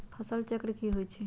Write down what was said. फसल चक्र की होई छै?